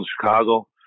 Chicago